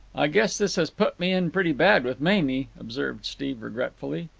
i guess this has put me in pretty bad with mamie, observed steve regretfully.